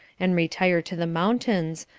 and retire to the mountains,